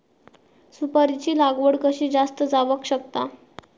सुपारीची लागवड कशी जास्त जावक शकता?